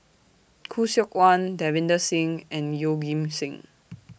Khoo Seok Wan Davinder Singh and Yeoh Ghim Seng